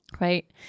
right